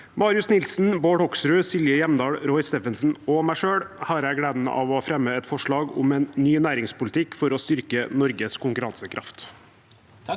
Arion Nilsen, Bård Hoksrud, Silje Hjemdal, Roy Steffensen og meg selv har jeg gleden av å fremme et forslag om en ny næringspolitikk for å styrke Norges konkurransekraft.